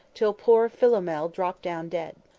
till poor philomel dropped down dead.